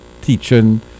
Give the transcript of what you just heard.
teaching